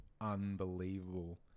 unbelievable